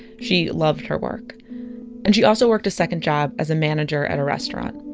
she loved her work and she also worked a second job as a manager at a restaurant.